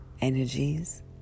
energies